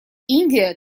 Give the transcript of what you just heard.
индия